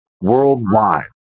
worldwide